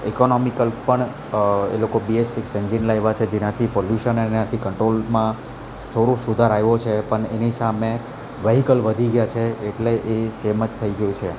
economical પણ એ લોકો બીએસ સિક્સ એન્જિન લાવ્યા છે જેનાથી પોલ્યુશન અને એનાથી કંટ્રોલમાં થોડું સુધાર આયવો છે પણ એની સામે વ્હીકલ વધી ગયાં છે એટલે એ સેમ જ થઈ ગયું છે